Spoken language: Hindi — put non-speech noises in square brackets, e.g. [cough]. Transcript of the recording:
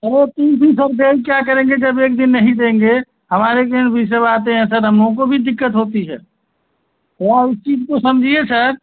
तबो [unintelligible] क्या करेंगे जब एक दिन नहीं देंगे हमारे यहाँ भी सब आते हैं सर हम लोगों को भी दिक्कत होती है थोड़ा उस चीज को समझिए सर